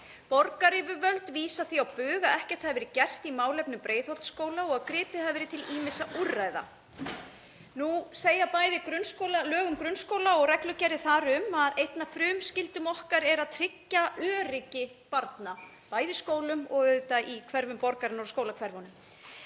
Borgaryfirvöld vísa því á bug að ekkert hafi verið gert í málefnum Breiðholtsskóla og segja að gripið hafi verið til ýmissa úrræða. Nú segja bæði lög um grunnskóla og reglugerð þar um að ein af frumskyldum okkar sé að tryggja öryggi barna, bæði í skólum og auðvitað í hverfum borgarinnar og skólahverfunum.